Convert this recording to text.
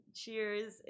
cheers